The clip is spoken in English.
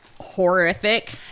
horrific